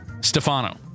Stefano